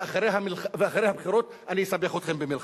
ואחרי הבחירות אני אסבך אתכם במלחמה.